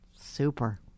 Super